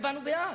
הצבענו בעד.